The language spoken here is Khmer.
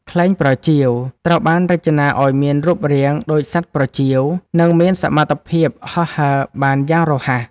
ខ្លែងប្រចៀវ ត្រូវបានរចនាឱ្យមានរូបរាងដូចសត្វប្រចៀវ និងមានសមត្ថភាពហោះហើរបានយ៉ាងរហ័ស។